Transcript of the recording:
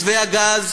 מתווה הגז